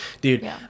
dude